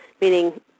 meaning